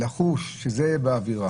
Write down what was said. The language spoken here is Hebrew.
אני לא חש שזו האווירה.